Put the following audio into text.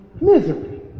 misery